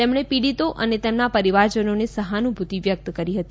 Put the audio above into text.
તેમણે પીડીતો અને તેમના પરિવારજનોને સહાનુભૂતિ વ્યક્ત કરી હતી